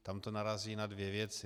Tam to narazí na dvě věci.